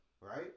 Right